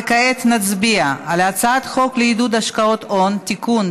וכעת נצביע על הצעת חוק לעידוד השקעות הון (תיקון,